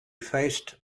faced